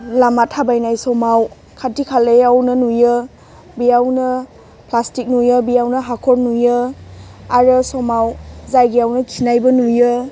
लामा थाबायनाय समाव खाथि खालायावनो नुयो बेयावनो प्लास्टिक नुयो बेयावनो हाखर नुयो आरो समाव जायगायावनो खिनायबो नुयो